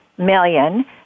million